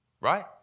right